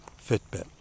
Fitbit